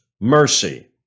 mercy